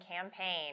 campaign